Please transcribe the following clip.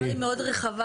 השאלה היא מאוד רחבה.